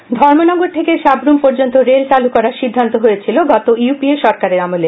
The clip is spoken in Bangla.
মানিক দে ধর্মনগর থেকে সাক্রম পর্যন্ত রেল চালু করার সিদ্ধান্ত হয়েছিল গত ইউপিএ সরকারের আমলে